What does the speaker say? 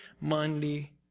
Monday